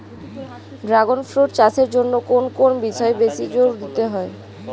Dragon fruit চাষের জন্য কোন কোন বিষয়ে বেশি জোর দিতে হয়?